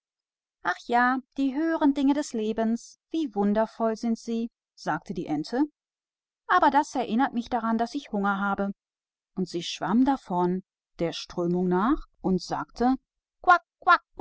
ach ja die höheren dinge des lebens die sind schön sagte die ente und das erinnert mich daran wie hungrig ich bin und sie schwamm den bach hinunter und machte